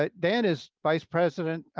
ah dan is vice president,